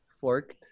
forked